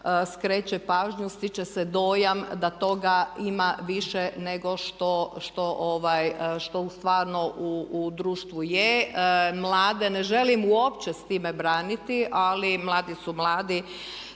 skreće pažnju, stiče se dojam da toga ima više nego što ovaj, što u stvarno u društvu je. Mlade ne želim uopće s time braniti ali mladi su mladi